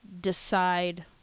decide